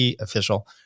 official